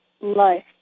life